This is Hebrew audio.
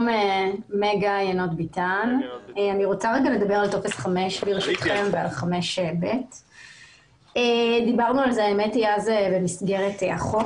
אני רוצה לדבר על טופס5 ועל 5ב. דיברנו על זה במסגרת החוק.